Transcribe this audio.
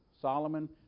Solomon